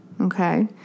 okay